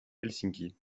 helsinki